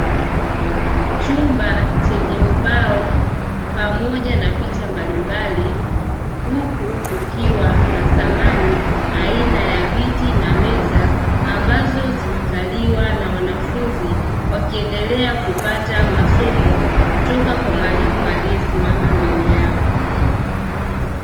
Chumba chenye ubao pamoja na picha mbalimbali, huku kukiwa na samani aina ya viti na meza, ambazo zimekaliwa na wanafunzi wakiendelea kupata masomo, kutoka kwa mwalimu aliyesimama mbele yao.